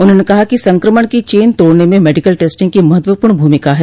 उन्होंने कहा कि संकमण की चेन तोड़ने में मेडिकल टेस्टिंग की महत्वपूर्ण भूमिका ह